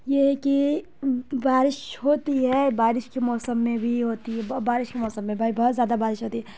یہ ہے کہ بارش ہوتی ہے بارش کے موسم میں بھی ہوتی ہے بارش کے موسم میں بھائی بہت زیادہ بارش ہوتی ہے